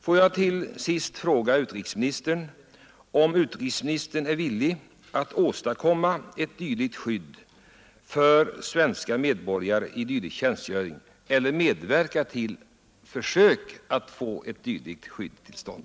Får jag till sist fråga utrikesministern, om utrikesministern är villig att åstadkomma ett sådant skydd för svenska medborgare i dylik tjänstgöring eller medverka till försök att få ett sådant skydd till stånd.